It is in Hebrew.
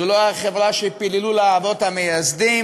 זו לא החברה שפיללו לה האבות המייסדים,